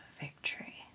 victory